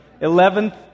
Eleventh